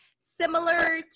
Similar